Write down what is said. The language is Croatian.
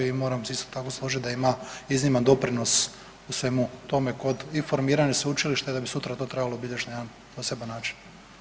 I moram se isto tako složit da ima izniman doprinos u svemu tome kod informiranja sveučilišta da bi sutra to trebalo bit još na jedan poseban način.